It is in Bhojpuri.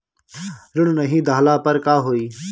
ऋण नही दहला पर का होइ?